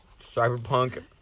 Cyberpunk